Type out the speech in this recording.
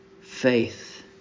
faith